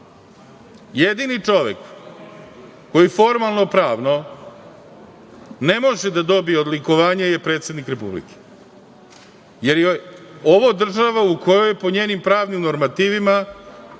Jedini čovek koji formalno-pravno ne može da dobije odlikovanje je predsednik Republike, jer je ovo država u kojoj po njenim pravnim normativima